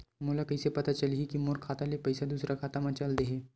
मोला कइसे पता चलही कि मोर खाता ले पईसा दूसरा खाता मा चल देहे?